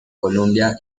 columbia